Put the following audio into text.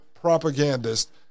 propagandist